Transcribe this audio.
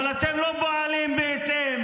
אבל אתם לא פועלים בהתאם.